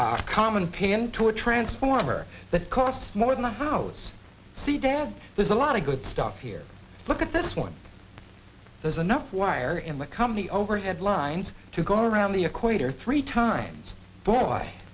a transformer that costs more than a house see dad there's a lot of good stuff here look at this one there's enough wire in the company overhead lines to go around the equator three times